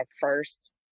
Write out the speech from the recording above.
first